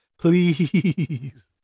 please